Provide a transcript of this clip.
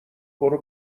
برو